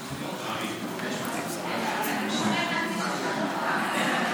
(תיקוני חקיקה ליישום המדיניות הכלכלית לשנות התקציב 2021 ו-2022),